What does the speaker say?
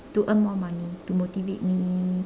to earn more money to motivate me